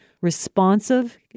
responsive